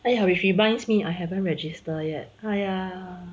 !aiya! which reminds me I haven't register yet !aiya!